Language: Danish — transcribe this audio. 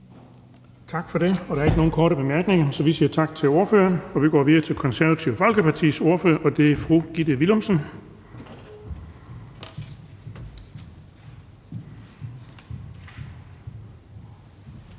Bonnesen): Der er ikke nogen korte bemærkninger, så vi siger tak til ordføreren. Vi går videre til Nye Borgerliges ordfører, og det er fru Mette Thiesen.